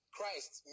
Christ